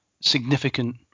significant